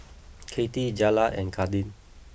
Kathy Jaylah and Kadin